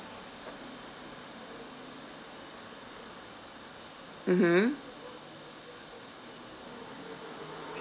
mmhmm